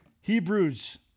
Hebrews